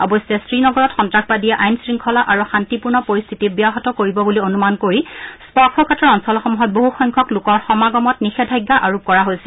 অৱশ্যে শ্ৰীনগৰত সন্তাসবাদীয়ে আইন শৃংখলা আৰু শান্তিপূৰ্ণ পৰিস্থিতি ব্যাহত কৰিব বুলি অনুমান কৰি স্পৰ্শকাতৰ অঞ্চলসমূহত বহু সংখ্যক লোকৰ সমাগমত নিষেধাজ্ঞা আৰোপ কৰা হৈছে